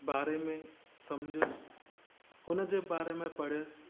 बारे में सम्झियुसि हुन जे बारे में पढ़ियुसि